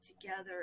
together